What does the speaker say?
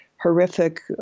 horrific